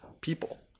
people